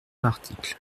l’article